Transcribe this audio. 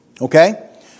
Okay